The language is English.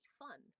fun